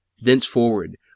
Thenceforward